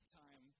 time